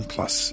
Plus